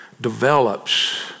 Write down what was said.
develops